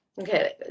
okay